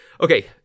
Okay